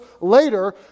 later